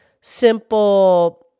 simple